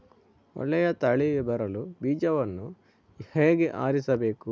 ಒಳ್ಳೆಯ ತಳಿ ಬರಲು ಬೀಜವನ್ನು ಹೇಗೆ ಆರಿಸಬೇಕು?